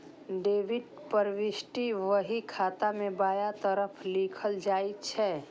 debit प्रवृष्टि बही खाता मे बायां तरफ लिखल जाइ छै